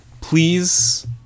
please